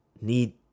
need